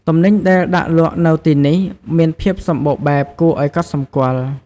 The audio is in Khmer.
ទំនិញដែលដាក់លក់នៅទីនេះមានភាពសម្បូរបែបគួរឱ្យកត់សម្គាល់។